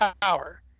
power